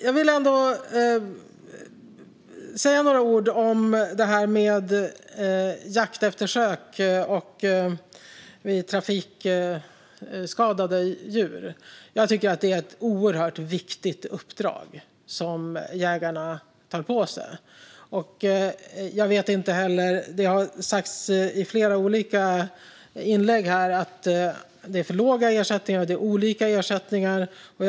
Jag vill även säga några ord om jakteftersök när det gäller trafikskadade djur. Det är ett oerhört viktigt uppdrag som jägarna har tagit på sig. I flera olika inlägg har det talats om olika ersättningar och att de är för låga.